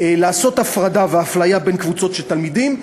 לעשות הפרדה והפליה בין קבוצות של תלמידים,